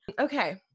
Okay